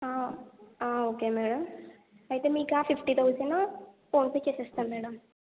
okay madam అయితే మీకు fifty thousand PhonePe చేస్తాను మేడం